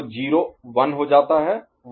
तो 0 1 हो जाता है 1 0 हो जाता है